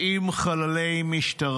מספיק.